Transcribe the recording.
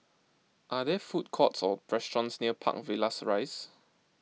are there food courts or restaurants near Park Villas Rise